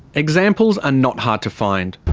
examples are not hard to find.